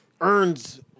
earns